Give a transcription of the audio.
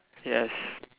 yes